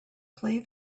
play